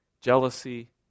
jealousy